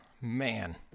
man